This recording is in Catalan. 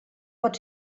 pot